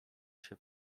się